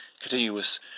continuous